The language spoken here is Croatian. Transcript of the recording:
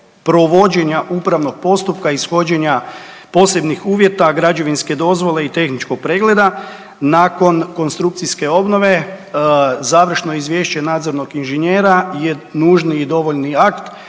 provođenja upravnog postupka ishođenja posebnih uvjeta, građevinske dozvole i tehničkog pregleda. Nakon konstrukcijske obnove, završno izvješće nadzornog inženjera je nužni i dovoljni akt